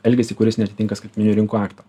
elgesį kuris neatitinka skaitmeninių rinkų akto